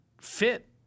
fit